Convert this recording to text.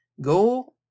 go